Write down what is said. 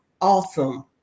awesome